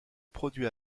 produit